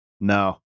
No